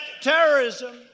terrorism